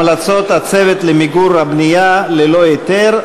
המלצות הצוות למיגור הבנייה ללא היתר,